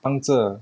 帮着:bang zheo